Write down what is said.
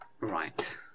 Right